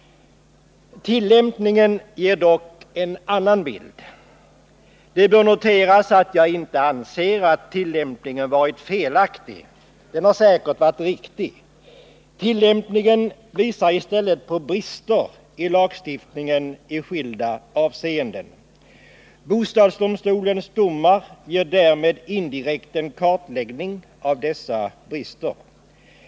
Tillämpningen ger dock en annan bild. Det bör noteras att jag inte anser att tillämpningen varit felaktig. Den har säkert varit riktig. Tillämpningen visar i stället på brister i lagstiftningen i skilda avseenden. Bostadsdomstolens domar ger därmed indirekt en kartläggning av dessa brister.